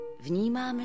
vnímáme